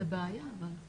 זו בעיה אבל.